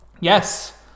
Yes